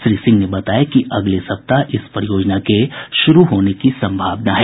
श्री सिंह ने बताया कि अगले सप्ताह इस परियोजना के शुरू होने की सम्भावना है